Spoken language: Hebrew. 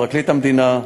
פרקליט המדינה,